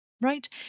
right